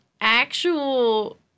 actual